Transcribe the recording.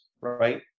right